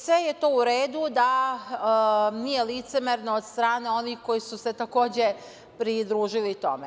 Sve je to u redu da nije licemerno od strane onih koji su se takođe pridružili tome.